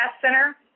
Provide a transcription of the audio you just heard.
Center